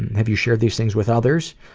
have you shared these things with others?